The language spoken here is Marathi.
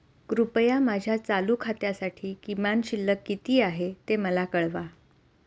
कृपया माझ्या चालू खात्यासाठी किमान शिल्लक किती आहे ते मला कळवा